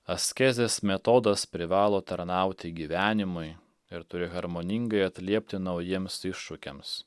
askezės metodas privalo tarnauti gyvenimui ir turi harmoningai atliepti naujiems iššūkiams